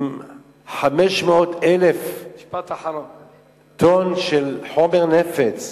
500,000 טון של חומר נפץ.